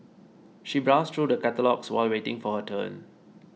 she browsed through the catalogues while waiting for her turn